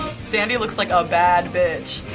sandy looks like a bad bitch.